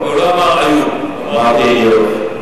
אמרתי איוֹב.